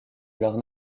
leurs